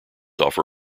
offer